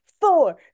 four